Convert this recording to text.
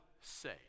say